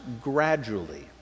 gradually